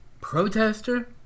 protester